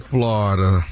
Florida